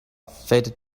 faded